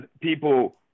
people